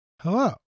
hello